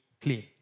clean